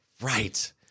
Right